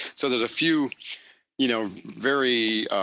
so, there's a few you know very